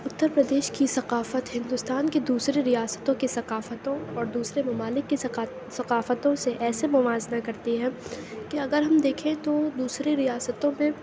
اُترپردیش كی ثقافت ہندوستان كی دوسری ریاستوں کے ثقافتوں اور دوسرے ممالک کی ثقافتوں سے ایسے موازنہ کرتی ہے کہ اگر ہم دیکھیں تو دوسری ریاستوں میں